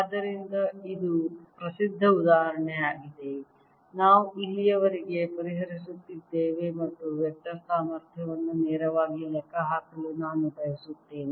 ಆದ್ದರಿಂದ ಇದು ಪ್ರಸಿದ್ಧ ಉದಾಹರಣೆಯಾಗಿದೆ ನಾವು ಇಲ್ಲಿಯವರೆಗೆ ಪರಿಹರಿಸುತ್ತಿದ್ದೇವೆ ಮತ್ತು ವೆಕ್ಟರ್ ಸಾಮರ್ಥ್ಯವನ್ನು ನೇರವಾಗಿ ಲೆಕ್ಕಹಾಕಲು ನಾನು ಬಯಸುತ್ತೇನೆ